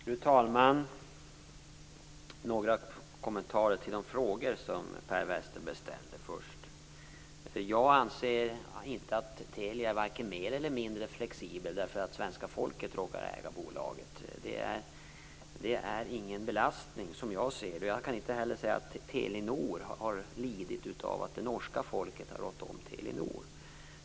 Fru talman! Jag har några kommentarer till de frågor som Per Westerberg ställde först. Jag anser inte att Telia är vare sig mer eller mindre flexibelt därför att svenska folket råkar äga bolaget. Det är ingen belastning, som jag ser det. Jag kan inte heller säga att Telenor har lidit av att det norska folket har rått om företaget.